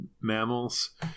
mammals